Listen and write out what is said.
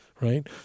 right